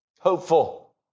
Hopeful